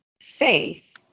faith